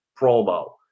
promo